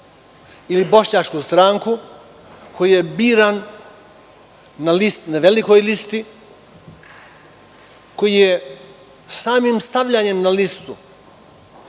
ili bošnjačku stranku, koji je biran na velikoj listi, koji je samim stavljanjem na listu